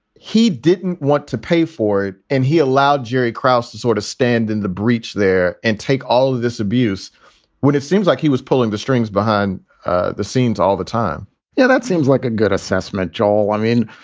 he didn't want to pay for it. and he allowed jerry krauss to sort of stand in the breach there and take all of this abuse when it seems like he was pulling the strings behind the scenes all the time yeah, that seems like a good assessment, joel. i mean,